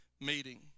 meeting